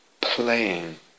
playing